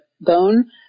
bone